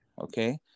okay